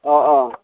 অঁ অঁ